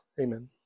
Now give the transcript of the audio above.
Amen